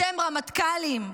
אתם רמטכ"לים.